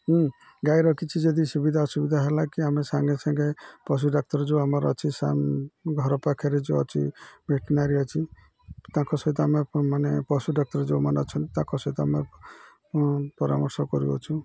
ଗାଈର କିଛି ଯଦି ସୁବିଧା ଅସୁବିଧା ହେଲା କି ଆମେ ସାଙ୍ଗେ ସାଙ୍ଗେ ପଶୁ ଡାକ୍ତର ଯେଉଁ ଆମର ଅଛି ଘର ପାଖରେ ଯେଉଁ ଅଛି ଭେଟନାରୀ ଅଛି ତାଙ୍କ ସହିତ ଆମେ ମାନେ ପଶୁ ଡାକ୍ତର ଯେଉଁମାନେ ଅଛନ୍ତି ତାଙ୍କ ସହିତ ଆମେ ପରାମର୍ଶ କରିଅଛୁ